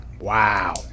Wow